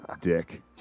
Dick